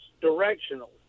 directional